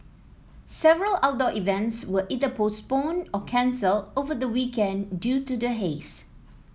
several outdoor events were either postponed or cancelled over the weekend due to the haze